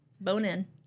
Bone-in